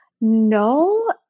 No